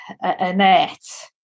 Annette